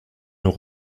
nos